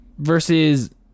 versus